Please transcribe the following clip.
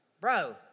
bro